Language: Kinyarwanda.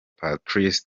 patrice